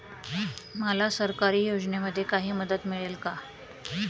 मला सरकारी योजनेमध्ये काही मदत मिळेल का?